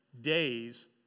days